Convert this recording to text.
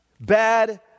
bad